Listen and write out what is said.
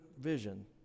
vision